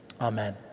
Amen